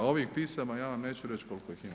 A ovih pisama, ja vam neću reći koliko ih ima.